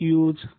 use